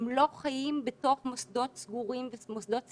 הם לא חיים בתוך מוסדות סגורים ומוסדות סיעודיים.